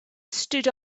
stood